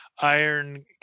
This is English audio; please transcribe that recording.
iron